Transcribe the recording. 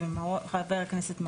כיוון שהמשרד הזה מתבטל נזכיר את הרשות.